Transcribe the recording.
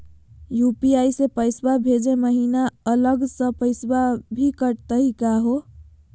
UPI स पैसवा भेजै महिना अलग स पैसवा भी कटतही का हो?